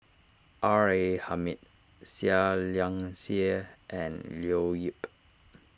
R A Hamid Seah Liang Seah and Leo Yip